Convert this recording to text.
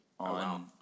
On